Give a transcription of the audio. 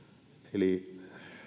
eli